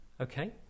Okay